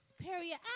period